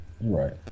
right